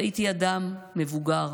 ראיתי אדם מבוגר,